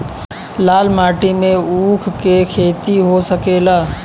लाल माटी मे ऊँख के खेती हो सकेला?